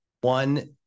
one